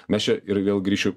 mes čia ir vėl grįšiu